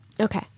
Okay